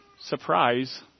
surprise